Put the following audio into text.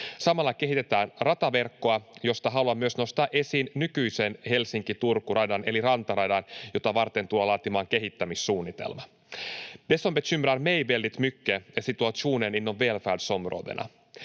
Samalla kehitetään rataverkkoa, josta haluan myös nostaa esiin nykyisen Helsinki—Turku-radan eli rantaradan, jota varten tullaan laatimaan kehittämissuunnitelma. Det som bekymrar mig väldigt mycket är situationen inom välfärdsområdena.